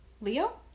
Leo